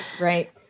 Right